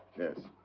yes.